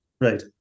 Right